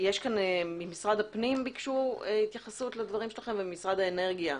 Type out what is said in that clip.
ממשרד הפנים ביקשו להתייחס לדברים שלכם וממשרד האנרגיה.